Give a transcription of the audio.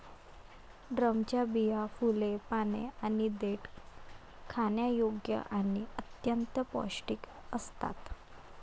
ड्रमच्या बिया, फुले, पाने आणि देठ खाण्यायोग्य आणि अत्यंत पौष्टिक असतात